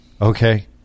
Okay